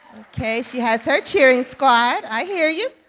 okay. she has her cheering squad. i hear you.